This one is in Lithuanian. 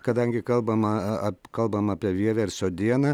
kadangi kalbama ap kalbam apie vieversio dieną